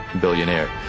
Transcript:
billionaire